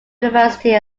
university